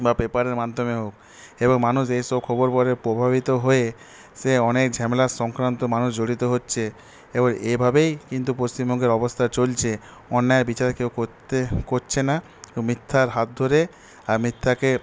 বা পেপারের মাধ্যমে হোক এবং মানুষ এই সব খবর পড়ে প্রভাবিত হয়ে সে অনেক ঝামেলা সংক্রান্ত মানুষ জড়িত হচ্ছে এবং এভাবেই কিন্তু পশ্চিমবঙ্গের অবস্থা চলছে অন্যায়ের বিচার কেউ করতে করছে না মিথ্যার হাত ধরে আর মিথ্যাকে